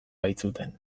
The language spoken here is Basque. baitzuten